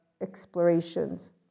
explorations